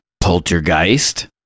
Poltergeist